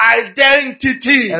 identity